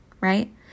right